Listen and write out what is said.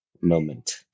moment